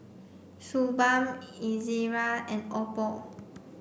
Suu Balm Ezerra and Oppo